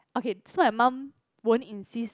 okay so my mum won't insist